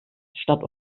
statt